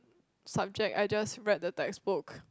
subject I just read the text book